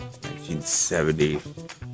1970